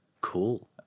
Cool